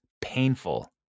painful